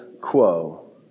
quo